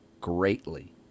greatly